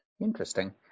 interesting